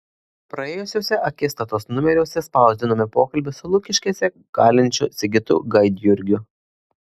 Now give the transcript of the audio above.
praėjusiuose akistatos numeriuose spausdinome pokalbį su lukiškėse kalinčiu sigitu gaidjurgiu